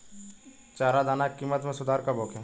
चारा दाना के किमत में सुधार कब होखे?